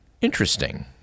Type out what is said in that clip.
interesting